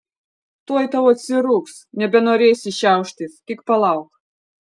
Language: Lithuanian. tuoj tau atsirūgs nebenorėsi šiauštis tik palauk